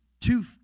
two